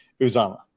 Uzama